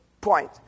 point